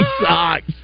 socks